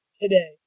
today